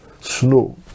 snow